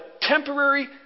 temporary